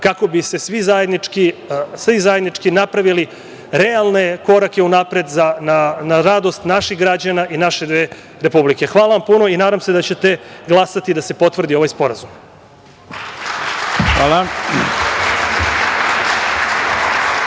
kako bi svi zajednički napravili realne korake unapred na radost naših građana i naše dve republike. Hvala vam puno i nadam se da ćete glasati da se potvrdi ovaj Sporazum. **Ivica